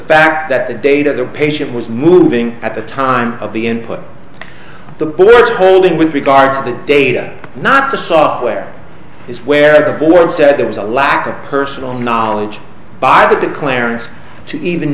fact that the data the patient was moving at the time of the input the word holding with regard to the data not the software is where the board said there was a lack of personal knowledge by the clarence to even